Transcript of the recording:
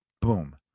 Boom